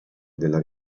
della